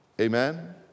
Amen